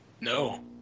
No